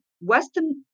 Western